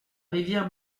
rivière